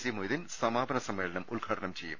C Moideen സമാപന സമ്മേളനം ഉദ്ഘാടനം ചെയ്യും